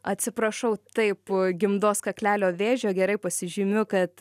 atsiprašau taip gimdos kaklelio vėžio gerai pasižymiu kad